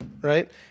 right